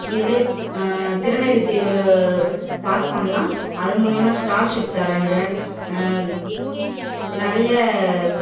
இதிலே திறனறி தேர்வில் பாஸ் பண்ணுணா அது மூலயமா ஸ்காலர்ஷிப் தராங்க நிறைய